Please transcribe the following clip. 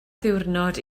ddiwrnod